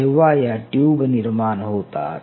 जेव्हा या ट्यूब निर्माण होतात